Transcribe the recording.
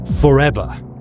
Forever